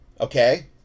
okay